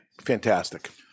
Fantastic